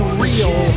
real